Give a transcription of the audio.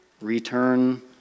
return